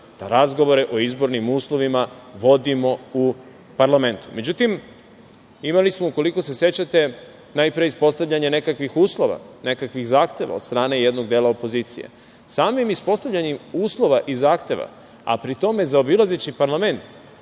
da razgovore o izbornim uslovima vodimo u parlamentu.Međutim, imali smo, ukoliko se sećate, najpre ispostavljanje nekakvih uslova, nekakvih zahteva od strane jednog dela opozicije. Samo ispostavljanje uslova i zahteva, a pri tom zaobilazeći parlament